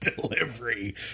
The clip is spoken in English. delivery